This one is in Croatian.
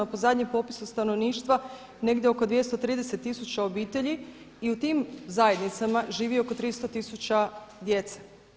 Po zadnjem popisu stanovništva negdje oko 230 tisuća obitelji i u tim zajednicama živi oko 300 tisuća djece.